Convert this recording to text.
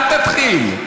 אל תתחיל.